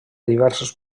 diverses